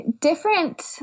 different